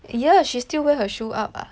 yeah she's still wear her shoe up ah